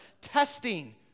testing